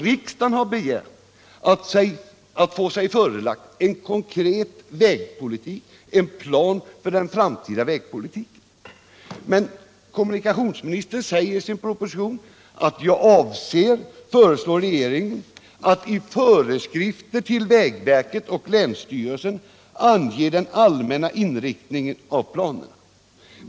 Riksdagen har begärt att få sig förelagt ett konkret förslag till den framtida vägpolitiken. Men kommunikationsministern säger i sin proposition att han avser att föreslå regeringen att i föreskrifter till vägverket och länsstyrelserna ange den allmänna inriktningen av planen.